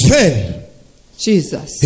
Jesus